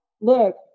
Look